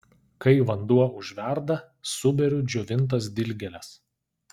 kai vanduo užverda suberiu džiovintas dilgėles